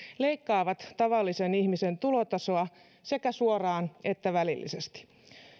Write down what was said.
leikkaavat tavallisen ihmisen tulotasoa sekä suoraan että välillisesti